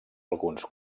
alguns